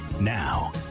Now